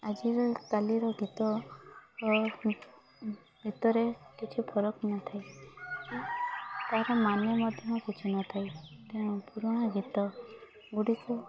ଆଜିର କାଲିର ଗୀତ ଗୀତରେ କିଛି ଫରକ ନଥାଏ ତାର ମାନେ ମଧ୍ୟ କିଛି ନଥାଏ ତେଣୁ ପୁରୁଣା ଗୀତ ଗୁଡ଼ିକୁ